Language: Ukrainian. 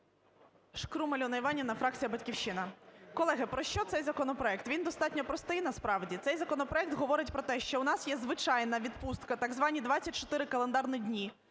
Шкрум Альона Іванівна, фракція "Батьківщина". Колеги, про що цей законопроект? Він достатньо простий насправді. Цей законопроект говорить про те, що в нас є звичайна відпустка, так звані 24 календарні дні,